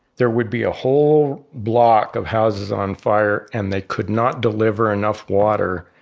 there would be a whole block of houses on fire and they could not deliver enough water,